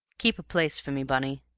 keep a place for me, bunny.